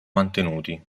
mantenuti